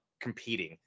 competing